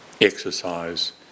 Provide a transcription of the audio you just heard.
exercise